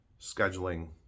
scheduling